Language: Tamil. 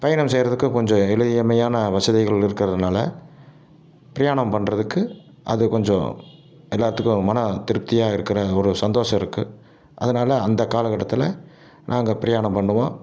பயணம் செய்கிறதுக்கு கொஞ்சம் எளிமையான வசதிகள் இருக்கிறதுனால் பிரயாணம் பண்ணுறதுக்கு அது கொஞ்சம் எல்லாத்துக்கும் மன திருப்தியாக இருக்கிற ஒரு சந்தோஷம் இருக்குது அதனால அந்த காலகட்டத்தில் நாங்கள் பிரயாணம் பண்ணுவோம்